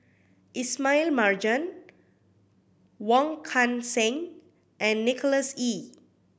Ismail Marjan Wong Kan Seng and Nicholas Ee